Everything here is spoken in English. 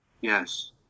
Yes